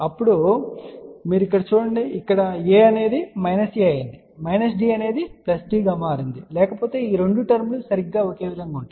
ఇప్పుడు మీరు ఇక్కడ చూడండి ఇక్కడ A అనేది Aఅయింది D అనేది D గా మారింది లేకపోతే ఈ రెండు టర్మ్ లు సరిగ్గా ఒకే విధంగా ఉంటాయి